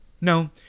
No